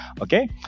okay